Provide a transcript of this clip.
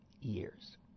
years